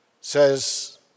says